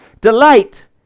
Delight